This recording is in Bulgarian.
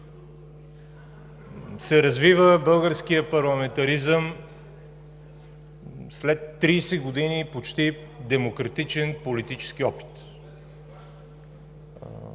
се развива българският парламентаризъм след 30 години почти демократичен политически опит.